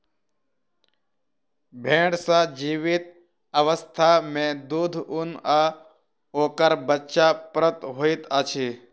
भेंड़ सॅ जीवित अवस्था मे दूध, ऊन आ ओकर बच्चा प्राप्त होइत अछि